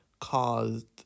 caused